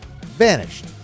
vanished